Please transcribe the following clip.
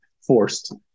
forced